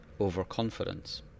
overconfidence